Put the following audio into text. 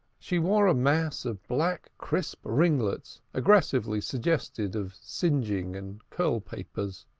she wore a mass of black crisp ringlets aggressively suggestive of singeing and curl-papers.